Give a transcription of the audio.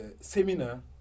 seminar